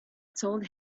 told